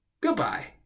goodbye